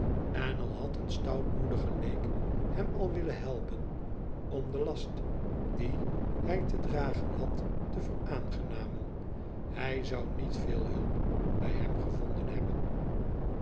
en al had een stoutmoedige leek hem al willen helpen om den last dien hij te dragen had te veraangenamen hij zou niet veel hulp bij hem gevonden hebben